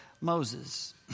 Moses